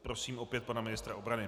Prosím opět pana ministra obrany.